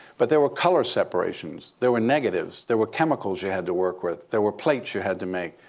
but there were color separations. there were negatives. there were chemicals you had to work with. there were plates you had to make.